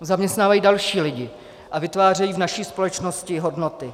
Zaměstnávají další lidi a vytvářejí v naší společnosti hodnoty.